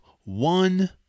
one